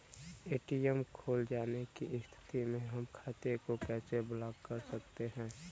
ATM खो जाने की स्थिति में हम खाते को कैसे ब्लॉक कर सकते हैं?